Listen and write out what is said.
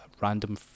random